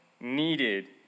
needed